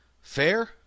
Fair